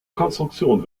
konstruktion